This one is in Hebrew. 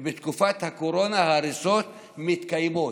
ובתקופת הקורונה ההריסות מתקיימות.